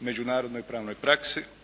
međunarodnoj pravnoj praksi